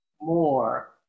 more